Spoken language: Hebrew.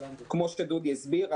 כפי שדודי מזרחי הסביר,